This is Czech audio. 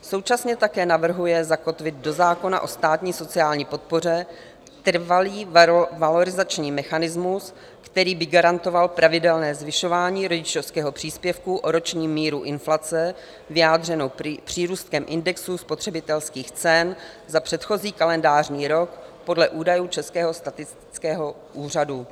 Současně také navrhuje zakotvit do zákona o státní sociální podpoře trvalý valorizační mechanismus, který by garantoval pravidelné zvyšování rodičovského příspěvku o roční míru inflace vyjádřenou přírůstkem indexu spotřebitelských cen za předchozí kalendářní rok podle údajů Českého statistického úřadu.